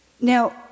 Now